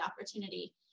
opportunity